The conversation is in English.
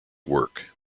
work